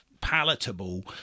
palatable